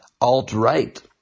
alt-right